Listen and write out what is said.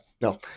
No